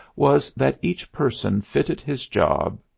was that each person fitted his job,